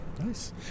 Nice